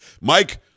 Mike